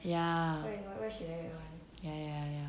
ya ya ya ya